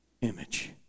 image